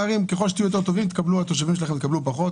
אומרים לראשי הערים: ככל שתהיו טובים יותר התושבים שלכם יקבלו פחות,